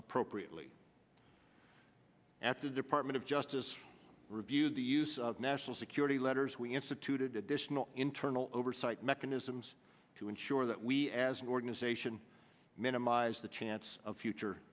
appropriately at the department of justice reviewed the use of national security letters we instituted additional internal oversight mechanisms to ensure that we as an organization minimize the chance of future